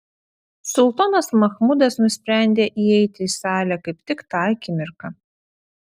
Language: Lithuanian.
sultonas machmudas nusprendė įeiti į salę kaip tik tą akimirką